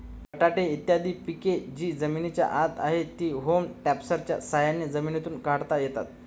बटाटे इत्यादी पिके जी जमिनीच्या आत आहेत, ती होम टॉपर्सच्या साह्याने जमिनीतून काढता येतात